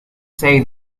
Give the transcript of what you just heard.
say